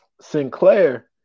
Sinclair